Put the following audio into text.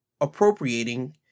appropriating